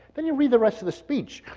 then you read the rest of the speech.